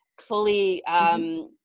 fully